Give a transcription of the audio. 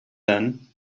then